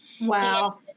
Wow